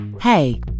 Hey